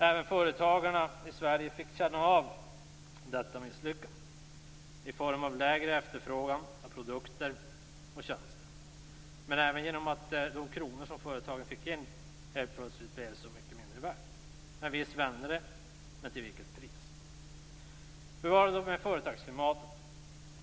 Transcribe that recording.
Även företagarna i Sverige fick känna av detta misslyckande i form av lägre efterfrågan på produkter och tjänster men även genom att de kronor som företagen fick in helt plötsligt blev så mycket mindre värda. Visst vände det - men till vilket pris! Hur var det då med företagsklimatet?